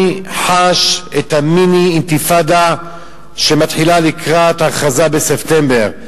אני חש את המיני-אינתיפאדה שמתחילה לקראת ההכרזה בספטמבר.